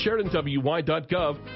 SheridanWY.gov